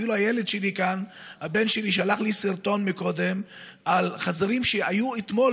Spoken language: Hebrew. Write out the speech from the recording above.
אפילו הבן שלי שלח לי סרטון על חזירים שהיו אתמול,